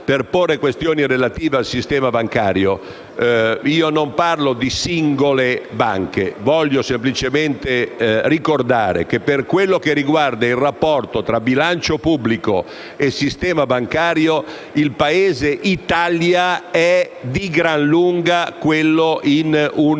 per porre questioni relative al sistema bancario. Io non parlo di singole banche, ma voglio semplicemente ricordare che, per quanto riguarda il rapporto tra bilancio pubblico e sistema bancario, il paese Italia è di gran lunga quello che si